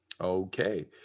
Okay